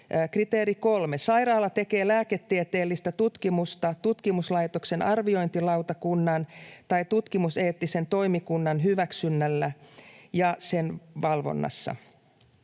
Kriteeri kolme: sairaala tekee lääketieteellistä tutkimusta tutkimuslaitoksen arviointilautakunnan tai tutkimuseettisen toimikunnan hyväksynnällä ja sen valvonnassa.